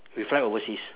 we fly overseas